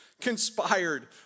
conspired